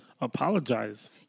apologize